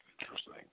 Interesting